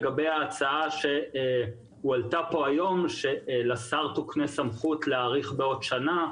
לגבי ההצעה שהועלתה כאן היום שלשר תוקנה סמכות להאריך בעוד שנה,